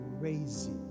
crazy